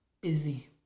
busy